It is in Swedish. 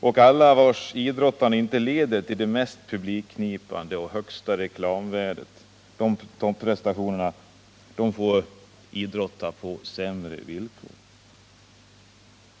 Och alla vilkas idrottande inte leder till de mest publikknipande — och de högst reklamvärda — topprestationerna får idrotta på sämre villkor.